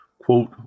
Quote